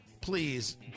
Please